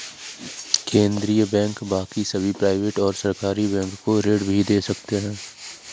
केन्द्रीय बैंक बाकी सभी प्राइवेट और सरकारी बैंक को ऋण भी दे सकते हैं